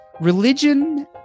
Religion